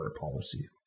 policy